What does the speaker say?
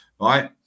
Right